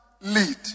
lead